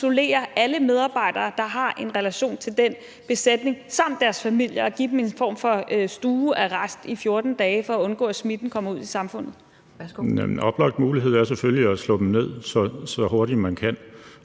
isolere alle medarbejdere, der har en relation til den besætning, og deres familier, altså at give dem en form for stuearrest i 14 dage for at undgå, at smitten kommer ud i samfundet? Kl. 18:52 Anden næstformand